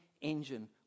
engine